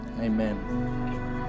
Amen